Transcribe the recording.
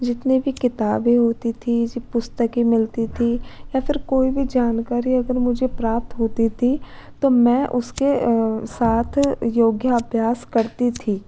जितने भी किताबें होती थी पुस्तकें मिलती थी या फिर कोई भी जानकारी अगर मुझे प्राप्त होती थी तो मैं उसके साथ योग अभ्यास करती थी